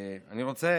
אני רוצה